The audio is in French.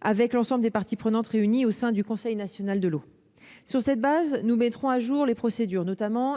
avec l'ensemble des parties prenantes, réunies au sein du Comité national de l'eau (CNE). Sur cette base, nous mettrons à jour les procédures.